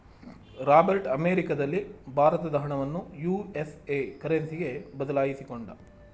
Robert ಅಮೆರಿಕದಲ್ಲಿ ಭಾರತದ ಹಣವನ್ನು ಯು.ಎಸ್.ಎ ಕರೆನ್ಸಿಗೆ ಬದಲಾಯಿಸಿಕೊಂಡ